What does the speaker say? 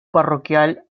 parroquial